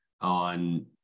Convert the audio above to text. on